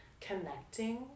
connecting